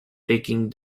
taking